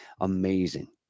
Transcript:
amazing